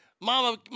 mama